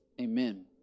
amen